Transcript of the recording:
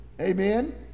amen